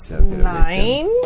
Nine